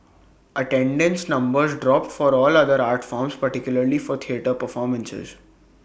attendance numbers dropped for all other art forms particularly for theatre performances